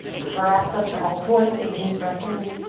press up to all fours. take a deep breath in.